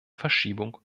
verschiebung